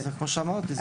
זה בדיוק מה שאמרתי.